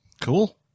Cool